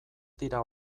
dira